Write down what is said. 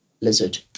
lizard